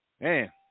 Man